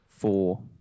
Four